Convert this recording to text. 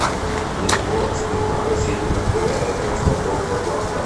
jis buvo apsiginklavęs ietimi kurią eidamas naudojo kaip lazdą